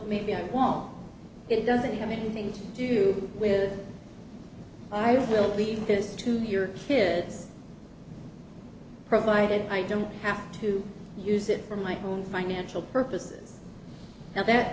maybe i won't it doesn't have anything to do with i will leave this to your kids provided i don't have to use it for my own financial purposes now that